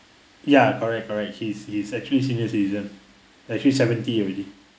ya correct correct he's is actually senior citizen actually seventy already